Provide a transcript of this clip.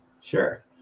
Sure